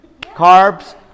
carbs